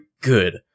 Good